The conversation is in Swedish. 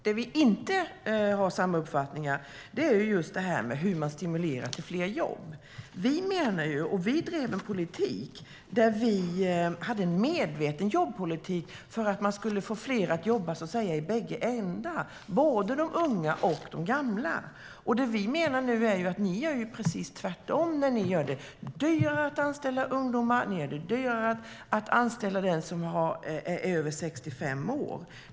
Det vi inte har samma uppfattningar om gäller hur man stimulerar till fler jobb. Vi drev en politik där vi hade en medveten jobbpolitik för att man skulle få flera att jobba i bägge ändar, både de unga och de gamla. Ni gör precis tvärtom när ni gör det dyrare att anställa ungdomar och dyrare att anställda den som är över 65 år.